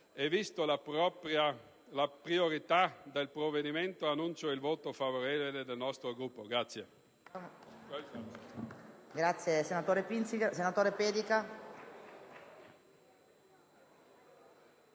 la priorità del provvedimento, annuncio il voto favorevole del nostro Gruppo.